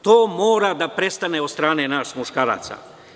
To mora da prestane od strane nas muškaraca.